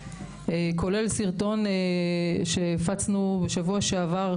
כולל סרטון שהפצנו בשבוע שעבר,